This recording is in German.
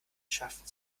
schafften